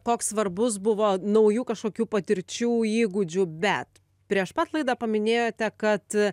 koks svarbus buvo naujų kažkokių patirčių įgūdžių bet prieš pat laidą paminėjote kad